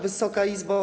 Wysoka Izbo!